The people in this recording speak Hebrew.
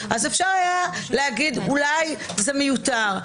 היה אפשר לומר: אולי זה מיותר.